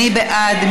מי בעד?